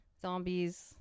zombies